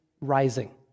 rising